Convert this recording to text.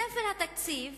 בספר התקציב